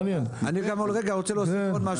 מעניין רגע אני רוצה להוסיף עוד משהו,